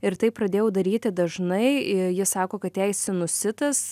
ir tai pradėjau daryti dažnai ji sako kad jai sinusitas